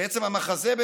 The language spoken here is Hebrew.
בעצם המחזה,